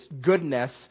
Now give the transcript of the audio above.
goodness